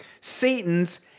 Satan's